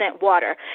water